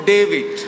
David